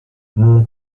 mon